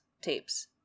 tapes